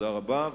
תודה רבה.